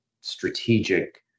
strategic